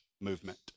movement